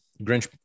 grinch